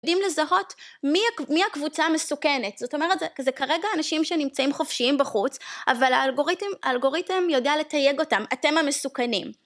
צריכים לזהות מי ה- מי הקבוצה המסוכנת. זאת אומרת, זה כרגע אנשים שנמצאים חופשיים בחוץ אבל האלגוריתם האלגוריתם יודע לתייג אותם. ״אתם המסוכנים״.